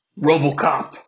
Robocop